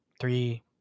three